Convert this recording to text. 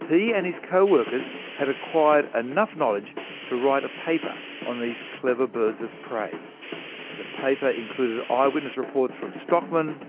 he and his co-workers had acquired enough knowledge to write a paper on these clever birds of prey. the paper included eyewitness reports from stockmen,